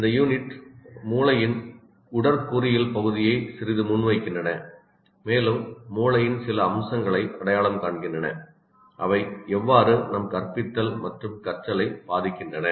இந்த யூனிட்கள் மூளையின் உடற்கூறியல் பகுதியை சிறிது முன்வைக்கின்றன மேலும் மூளையின் சில அம்சங்களை அடையாளம் காண்கின்றன அவை எவ்வாறு நம் கற்பித்தல் மற்றும் கற்றலை பாதிக்கின்றன